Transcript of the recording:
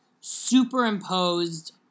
superimposed